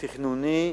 תכנוני,